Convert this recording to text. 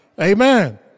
Amen